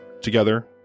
Together